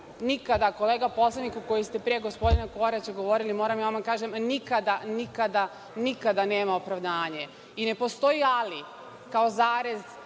nikada, kolega poslaniku koji ste pre gospodina Koraća govorili, moram da vam kažem nikada, nikada, nikada nema opravdanje i ne postoji ali kao zarez